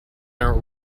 are